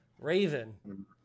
raven